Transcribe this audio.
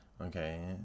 okay